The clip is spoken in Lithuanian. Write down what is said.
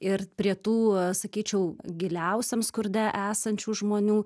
ir prie tų sakyčiau giliausiam skurde esančių žmonių